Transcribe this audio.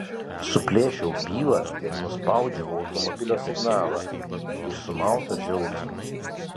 suplėšiau bylą ir nuspaudžiau automobilio signalą iš sumauto džiaugsmo